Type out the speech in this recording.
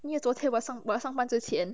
你昨天晚上晚上班之前